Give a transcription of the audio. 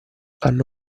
hanno